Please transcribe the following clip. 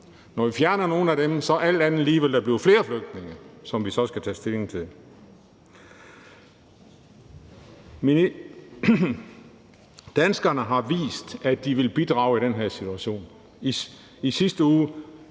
Når vi fjerner nogle af de penge, vil der alt andet lige blive flere flygtninge, som vi så skal tage stilling til. Danskerne har vist, at de vil bidrage i den her situation. I sidste uge